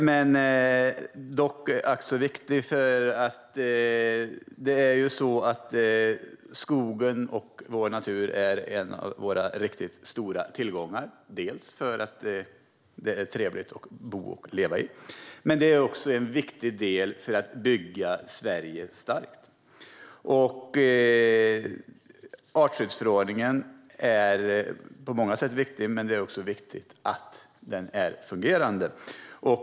Interpellationen är dock ack så viktig, för skogen och vår natur är en av våra riktigt stora tillgångar - dels för att det är trevligt att bo och leva nära naturen, dels för att det är en viktig del för att bygga Sverige starkt. Artskyddsförordningen är på många sätt viktig. Det är bland annat viktigt att den är fungerande.